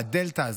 על הדלתא הזאת,